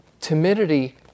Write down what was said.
timidity